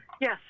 Yes